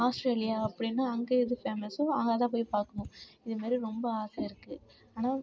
Australia அப்படினா அங்கே எது ஃபேமஸோக அதை போய் பார்க்கணும் இதுமாதிரி ரொம்ப ஆசை இருக்குது ஆனால்